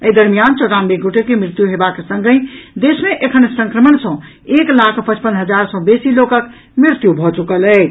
एहि दरमियान चौरानवे गोटे के मृत्यु हेबाक संगहि देश मे एखन संक्रमण सॅ एक लाख पचपन हजार सॅ बेसी लोकक मृत्यु भऽ चुकल अछि